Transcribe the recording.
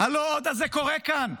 ה"לא עוד" הזה קורה כאן,